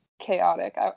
chaotic